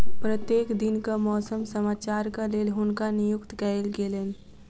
प्रत्येक दिनक मौसम समाचारक लेल हुनका नियुक्त कयल गेलैन